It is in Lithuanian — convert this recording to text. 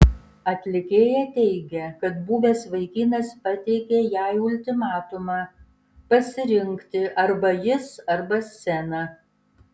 atlikėja teigė kad buvęs vaikinas pateikė jai ultimatumą pasirinkti arba jis arba scena